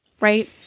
Right